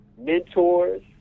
mentors